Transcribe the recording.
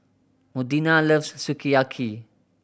Modena loves Sukiyaki